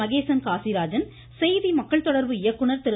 மகேசன் காசிராஜன் செய்தி மக்கள் தொடர்புத்துறை இயக்குநர் திரு